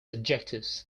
adjectives